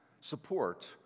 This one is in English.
support